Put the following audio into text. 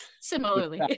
Similarly